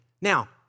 Now